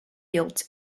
yields